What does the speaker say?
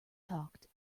talked